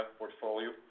portfolio